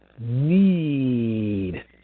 need